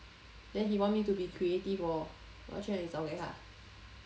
then he want me to be creative hor 我要去哪里找给他